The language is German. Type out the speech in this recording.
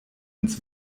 ins